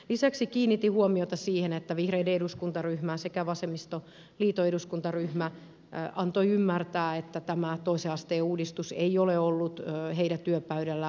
lisäksi kiinnitin huomiota siihen että vihreiden eduskuntaryhmä sekä vasemmistoliiton eduskuntaryhmä antoivat ymmärtää että tämä toisen asteen uudistus ei ole ollut heidän työpöydällään aikoinaan